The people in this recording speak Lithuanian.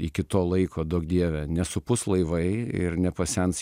iki to laiko duok dieve nesupus laivai ir nepasens